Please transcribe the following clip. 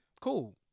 cool